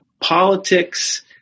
politics